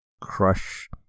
crush